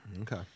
Okay